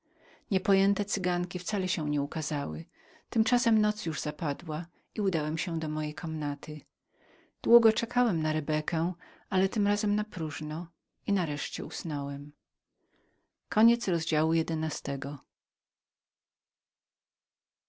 niepojęte cyganki wcale się nie ukazały tymczasem noc już zapadła i udałem się do mojej komnaty długo czekałem na rebekę ale tym razem napróżno i nareszcie usnąłem